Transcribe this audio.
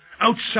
Outside